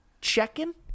checking